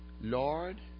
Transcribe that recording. Lord